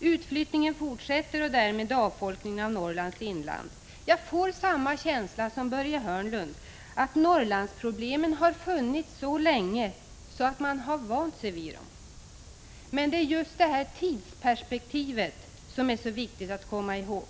Utflyttningen fortsätter och därmed avfolkningen av Norrlands inland. Jag får samma känsla som Börje Hörnlund, att Norrlandsproblemen har funnits så länge att man har vant sig vid dem. Men det är just tidsperspektivet som är så viktigt att komma ihåg.